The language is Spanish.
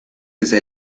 desde